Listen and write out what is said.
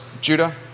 Judah